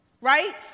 Right